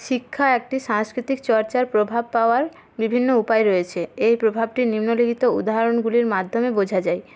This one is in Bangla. শিক্ষা একটি সাংস্কৃতিক চর্চার প্রভাব পাওয়ার বিভিন্ন উপায় রয়েছে এই প্রভাবটি নিম্নলিখিত উদাহরণগুলির মাধ্যমে বোঝা যায়